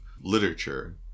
literature